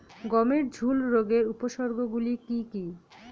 গমের ঝুল রোগের উপসর্গগুলি কী কী?